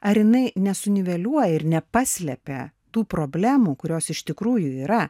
ar jinai nesuniveliuoja ir nepaslepia tų problemų kurios iš tikrųjų yra